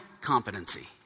competency